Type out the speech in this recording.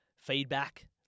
feedback